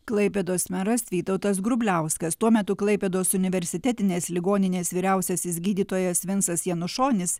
klaipėdos meras vytautas grubliauskas tuo metu klaipėdos universitetinės ligoninės vyriausiasis gydytojas vincas janušonis